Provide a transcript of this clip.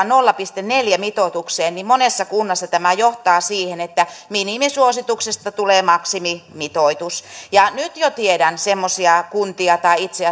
nolla pilkku neljä mitoitukseen niin monessa kunnassa tämä johtaa siihen että minimisuosituksesta tulee maksimimitoitus ja nyt jo tiedän semmoisia kuntia tai itse